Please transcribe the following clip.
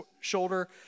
shoulder